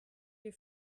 your